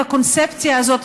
את הקונספציה הזאת,